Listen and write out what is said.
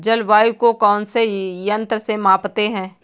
जलवायु को कौन से यंत्र से मापते हैं?